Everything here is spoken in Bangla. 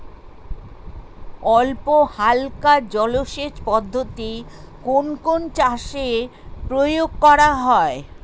অল্পহালকা জলসেচ পদ্ধতি কোন কোন চাষে প্রয়োগ করা হয়?